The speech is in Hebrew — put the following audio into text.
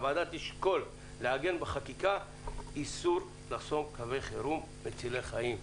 הוועדה תשקול לעגן בחקיקה איסור לחסום קווי חירום מצילי חיים.